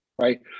right